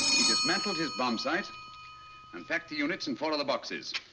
he dismantled his bomb sight and packed the units in four of the boxes.